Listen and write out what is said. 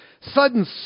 sudden